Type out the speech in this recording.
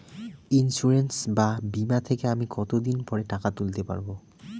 Insurance বা বিমা থেকে আমি কত দিন পরে টাকা তুলতে পারব?